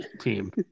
Team